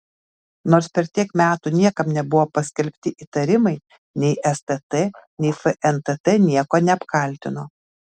nors per tiek metų niekam nebuvo paskelbti įtarimai nei stt nei fntt nieko neapkaltino